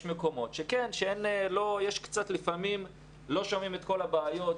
יש מקומות שכן, שלפעמים לא שומעים את כל הבעיות.